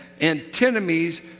antinomies